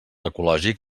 ecològic